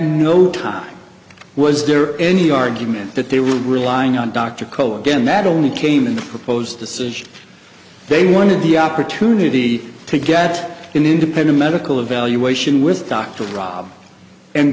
no time was there any argument that they were relying on dr cole again that only came in the proposed decision they wanted the opportunity to get an independent medical evaluation with dr rob and